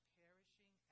perishing